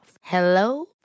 Hello